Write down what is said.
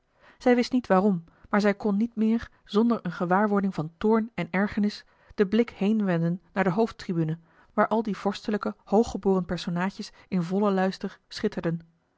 zij wist niet waarom maar zij kon niet meer zonder eene gewaarwording van toorn en ergernis den blik heenwenden naar de hoofdtribune waar al die vorstelijke hooggeboren personaadjes in vollen luister schitterden